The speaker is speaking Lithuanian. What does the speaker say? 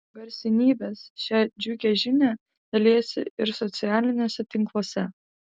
garsenybės šia džiugia žinia dalijasi ir socialiniuose tinkluose